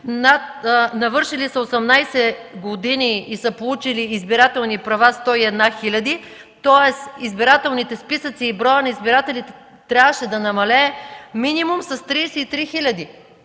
навършили са 18 години и са получили избирателни права 101 хиляди? Тоест избирателните списъци, броят на избирателите трябваше да намалее минимум с 33